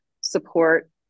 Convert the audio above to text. support